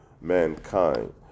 mankind